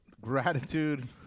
gratitude